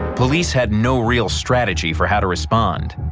police had no real strategy for how to respond,